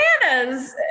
bananas